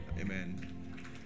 Amen